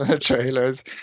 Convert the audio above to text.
trailers